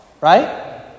right